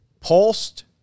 Pulsed